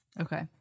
Okay